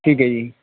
ਠੀਕ ਹੈ ਜੀ